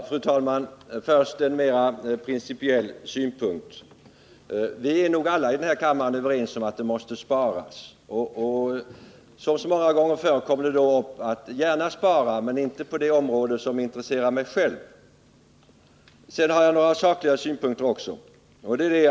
Fru talman! Jag vill först redovisa en mera principiell ståndpunkt. Alla här i kammaren är säkerligen överens om att det måste sparas, men som så många gånger förr anförs det: Jag vill gärna spara, men inte på det område som jag själv är intresserad av. Så några synpunkter i sakfrågan.